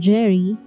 Jerry